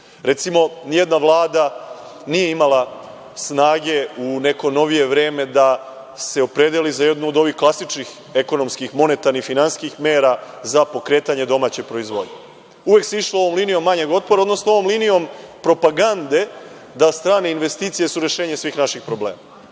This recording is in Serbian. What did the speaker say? Recimo, nijedna vlada nije imala snage u neko novije vreme da se opredeli za jednu od ovih klasičnih ekonomskih, monetarnih, finansijskih mera za pokretanje domaće proizvodnje. Uvek se išlo linijom manjeg otpora, odnosno linijom propagande da su strane investicije rešenje svih naših problema. Postoje,